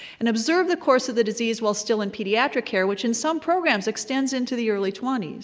and observe the course of the disease while still in pediatric care, which in some programs extends into the early twenty s.